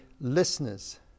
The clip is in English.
listeners